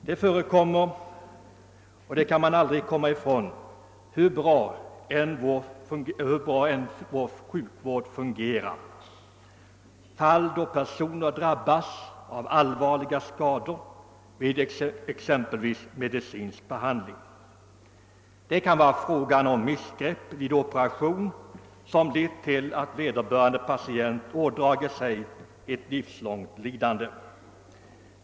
Det förekommer, och det kan man aldrig komma ifrån hur bra vår sjukvård än fungerar, att personer drabbas av allvarliga skador vid exempelvis medicinsk behandling. Det kan också gälla missgrepp vid operation som lett till att vederbörande patient ådragit sig ett livslångt lidande.